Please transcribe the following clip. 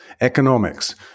Economics